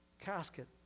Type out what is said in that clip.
casket